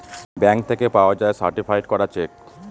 bank থেকে পাওয়া যায় সার্টিফায়েড করা চেক